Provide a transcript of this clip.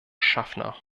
schaffner